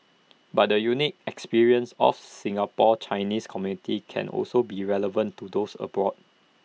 but the unique experience of Singapore's Chinese community can also be relevant to those abroad